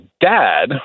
dad